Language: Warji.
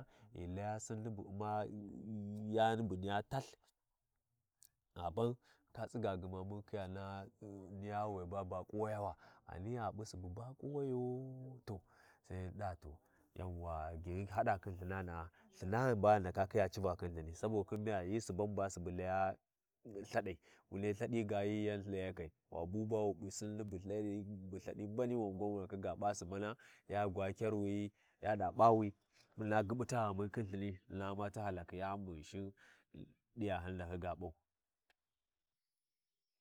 Ghi laya Sinni bu Umma yi-yu yanibu niya talthi, gha ban tu tsigai gma mun khiya naha niya waiba ba khiwayowa ghani a P’i subu ba kuwayo to sai mun ɗa to, yauwa gyanun haɗa khin Lthinanaa, Lthinaai na ghi ndaka khiya civa khin Lthini saboda khin miya, hyi suban ba subu laya Lthadai. Wunai Lthaɗi ga hyi yan Layakai, wabu ba wu P’i sinni bu Lthaɗai bu Lthaɗi mbani wangwan wu ndaka ga P’a subana ya gwa kyarwi, ya ɗa P’awi, hyina gyiɓuta ghani khin Lthini, hyina U’mma ti halakhi yani bu Ghinshin ɗaya hyin ndaka ga P’au.